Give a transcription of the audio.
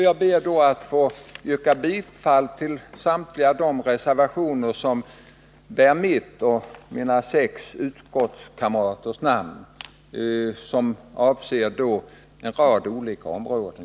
Jag ber att få yrka bifall till samtliga de reservationer som fogats till betänkandet nr 13 av mig och mina sex utskottskamrater och som avser en rad olika områden.